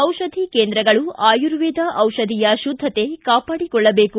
ಜಿಷಧಿ ಕೇಂದ್ರಗಳು ಆಯುರ್ವೇದ ಜಿಷಧಿಯ ಶುದ್ದತೆ ಕಾಪಾಡಿಕೊಳ್ಳಬೇಕು